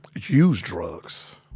use drugs.